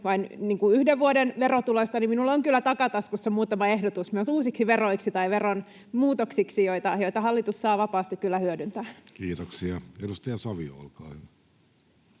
vain yhden vuoden verotuloista, niin minulla on kyllä takataskussa muutama ehdotus myös uusiksi veroiksi tai veronmuutoksiksi, joita hallitus saa vapaasti kyllä hyödyntää. [Speech 156] Speaker: